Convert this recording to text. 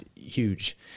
huge